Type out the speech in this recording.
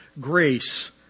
grace